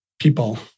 people